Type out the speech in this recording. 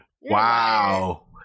Wow